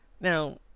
now